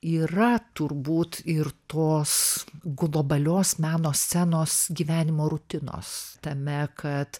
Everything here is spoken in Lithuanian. yra turbūt ir tos globalios meno scenos gyvenimo rutinos tame kad